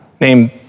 named